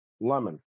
Lemon